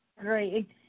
great